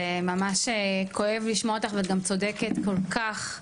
זה ממש כואב לשמוע אותך ואת גם צודקת כל כך,